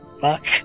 Fuck